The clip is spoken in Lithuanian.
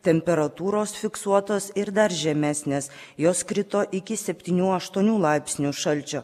temperatūros fiksuotos ir dar žemesnės jos krito iki septynių aštuonių laipsnių šalčio